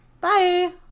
Bye